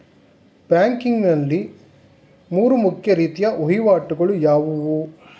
Banking ನಲ್ಲಿ ಮೂರು ಮುಖ್ಯ ರೀತಿಯ ವಹಿವಾಟುಗಳು ಯಾವುವು?